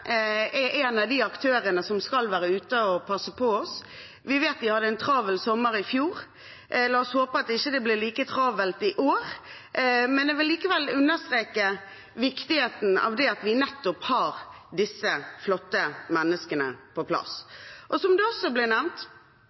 er en av de aktørene som skal være ute og passe på oss. Vi vet at de hadde en travel sommer i fjor. La oss håpe at det ikke blir like travelt i år. Men jeg vil likevel understreke viktigheten av at vi nettopp har disse flotte menneskene på plass. Som det også ble nevnt,